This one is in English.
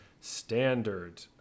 Standard